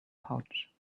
pouch